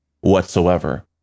whatsoever